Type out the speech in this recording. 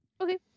Okay